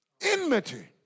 Enmity